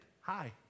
hi